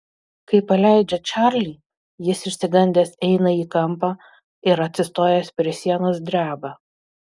kai paleidžia čarlį jis išsigandęs eina į kampą ir atsistojęs prie sienos dreba